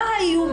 מה האיום,